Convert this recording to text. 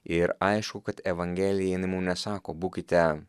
ir aišku kad evangelija jinai mum nesako būkite